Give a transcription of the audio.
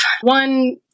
one